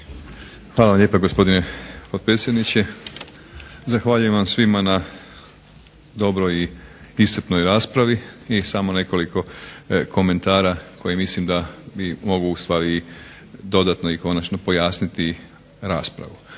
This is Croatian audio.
Hvala lijepa, gospodine potpredsjedniče. Zahvaljujem vam svima na dobroj i iscrpnoj raspravi i samo nekoliko komentara koje mislim da mogu ustvari dodatno i konačno pojasniti raspravu.